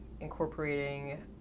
incorporating